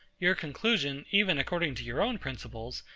your conclusion, even according to your own principles,